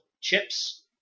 chips